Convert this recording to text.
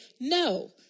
no